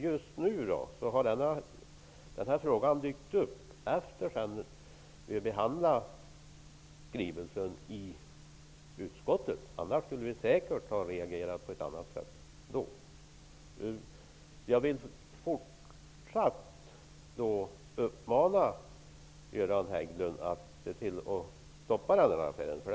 Just nu har den här frågan dykt upp efter det att vi behandlade skrivelsen i utskottet. I annat fall skulle vi säkert har reagerat på ett annat sätt. Jag vill uppmana Göran Hägglund att se till att den här affären stoppas.